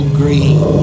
green